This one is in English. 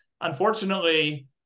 unfortunately